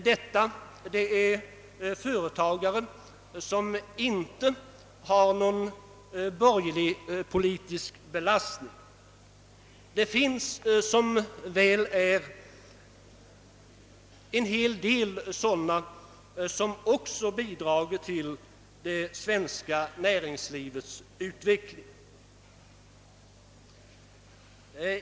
Detta gäller dock företagare som inte har någon borgerlig politisk belastning. Det finns, som väl är, en hel del sådana som också bidragit till det svenska näringslivets utveckling.